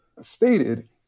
stated